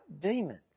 demons